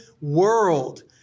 world